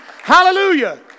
Hallelujah